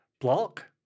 block